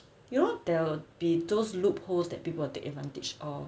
you know there'll be those loopholes that people will take advantage of